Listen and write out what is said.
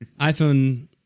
iPhone